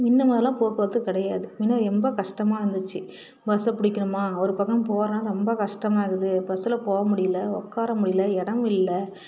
முன்ன மாதிரிலாம் போக்குவரத்து கிடையாது முன்ன ரொம்ப கஸ்டமாக இருந்துச்சு பஸ்ஸை பிடிக்கணுமா ஒரு பக்கம் போகற ரொம்ப கஸ்டமாக இருக்குது பஸ்ஸில் போக முடியல உட்கார முடியல இடம் இல்லை